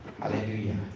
Hallelujah